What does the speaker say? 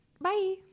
Bye